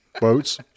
boats